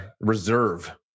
reserve